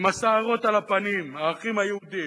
עם השערות על הפנים, האחים היהודים,